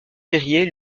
perier